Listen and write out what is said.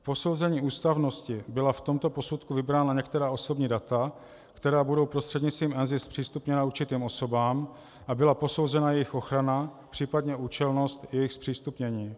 K posouzení ústavnosti byla v tomto posudku vybrána některá osobní data, která budou prostřednictvím NZIS zpřístupněna určitým osobám, a byla posouzena jejich ochrana, případně účelnost jejich zpřístupnění.